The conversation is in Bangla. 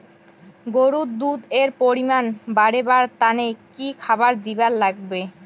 গরুর দুধ এর পরিমাণ বারেবার তানে কি খাবার দিবার লাগবে?